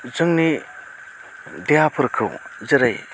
जोंनि देहाफोरखौ जेरै